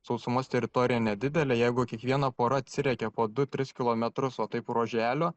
sausumos teritorija nedidelė jeigu kiekviena pora atsiriekia po du tris kilometrus va taip ruoželio